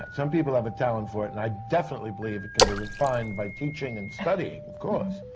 some people have a talent for it, and i definitely believe it can be refined by teaching and studying, of course.